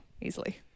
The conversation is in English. easily